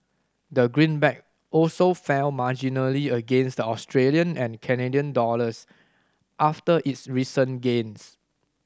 the greenback also fell marginally against the Australian and Canadian dollars after its recent gains